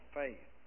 faith